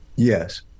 Yes